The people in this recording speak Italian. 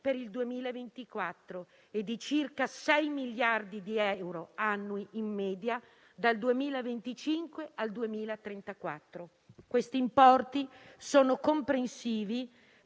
per il 2024 e a circa 6 miliardi di euro annui in media dal 2025 al 2034. Questi importi sono comprensivi,